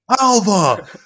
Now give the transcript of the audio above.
Alva